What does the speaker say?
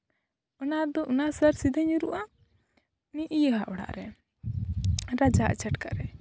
ᱚᱱᱟ ᱫᱚ ᱚᱱᱟ ᱥᱟᱨ ᱥᱤᱫᱷᱟᱹ ᱧᱩᱨᱩᱜᱼᱟ ᱩᱱᱤ ᱤᱭᱟᱹᱣᱟᱜ ᱚᱲᱟᱜ ᱨᱮ ᱨᱟᱡᱟᱣᱟᱜ ᱪᱷᱟᱴᱠᱟ ᱨᱮ